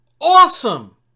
awesome